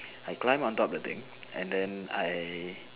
I climbed on top the thing and then I